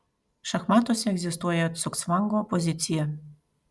šachmatuose egzistuoja cugcvango pozicija